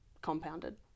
compounded